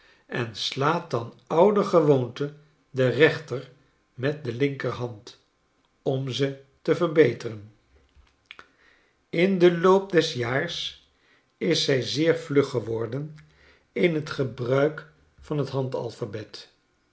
en slaat dan oudergewoonte de reenter met de linkerhand als om ze te verbeteren in den loop des jaars is zij zeer vlug geworden in t gebruik van t